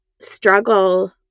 struggle